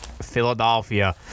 Philadelphia